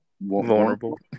vulnerable